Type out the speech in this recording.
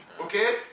Okay